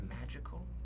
magical